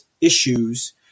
issues